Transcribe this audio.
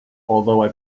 although